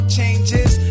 changes